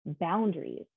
boundaries